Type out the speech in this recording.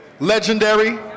Legendary